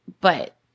But-